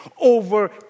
over